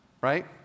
right